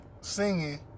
singing